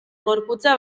gorputza